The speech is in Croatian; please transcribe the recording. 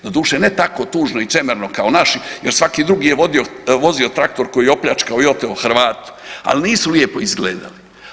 Doduše, ne tako tužno i čemerno kao naši jer svaki drugi je vozio traktor koji je opljačkao i oteo Hrvatu, ali nisu lijepo izgledali.